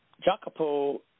Jacopo